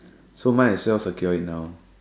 so might as well secure it now